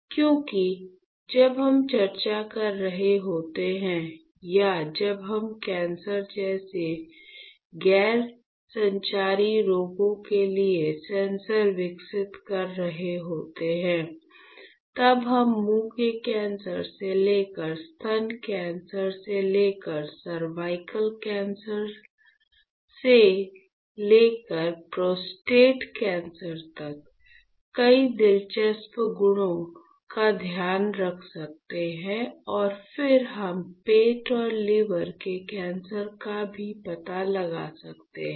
क्योंकि जब हम चर्चा कर रहे होते हैं या जब हम कैंसर जैसे गैर संचारी रोगों के लिए सेंसर विकसित कर रहे होते हैं तब हम मुंह के कैंसर से लेकर स्तन कैंसर से लेकर सर्वाइकल कैंसर से लेकर प्रोस्टेट कैंसर तक कई दिलचस्प गुणों का ध्यान रख सकते हैं और फिर हम पेट और लीवर के कैंसर का भी पता लगा सकते हैं